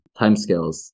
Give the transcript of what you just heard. timescales